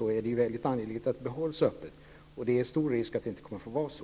är det mycket angeläget att det hålls öppet. Det är stor risk för att det inte kommer att få vara så.